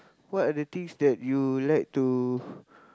what are the things that you like to